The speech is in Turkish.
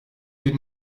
bir